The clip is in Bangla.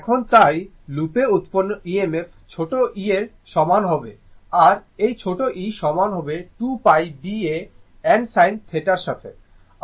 এখন তাই লুপে উৎপন্ন EMF ছোট e সমান হবে আর এই ছোট e সমান হবে 2 π B A n sin θ সাথে